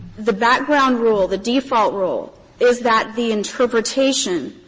the background rule, the default rule is that the interpretation